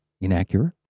inaccurate